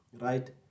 right